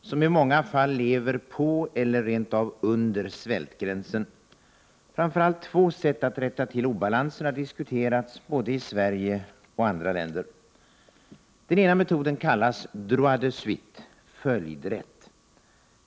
som i många fall lever på eller rent av under svältgränsen. Framför allt två sätt att rätta till obalansen har diskuterats — både i Sverige och i andra länder. Den ena metoden kallas droit de suite, som betyder följdrätt.